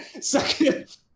second